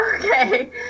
Okay